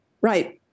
right